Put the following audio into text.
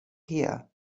here